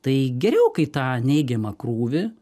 tai geriau kai tą neigiamą krūvį